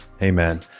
Amen